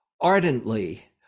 ardently